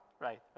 right